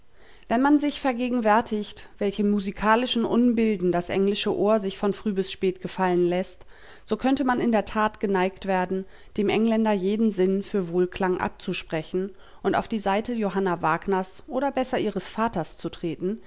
wenn man sich vergegenwärtigt welche musikalischen unbilden das englische ohr sich von früh bis spät gefallen läßt so könnte man in der tat geneigt werden dem engländer jeden sinn für wohlklang abzusprechen und auf die seite johanna wagners oder besser ihres vaters zu treten